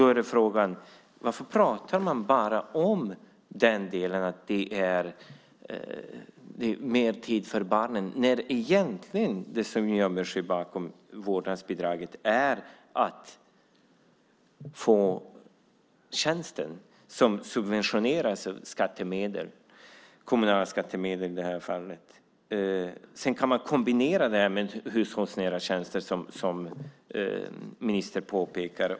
Då är frågan: Varför pratar man bara om mer tid för barnen när det som egentligen gömmer sig bakom vårdnadsbidraget är att få tjänsten som subventioneras med skattemedel - kommunala skattemedel i det här fallet - och sedan kunna kombinera detta med hushållsnära tjänster, som ministern påpekade?